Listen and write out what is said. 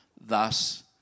thus